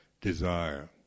desire